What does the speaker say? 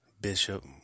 Bishop